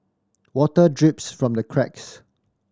water drips from the cracks